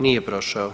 Nije prošao.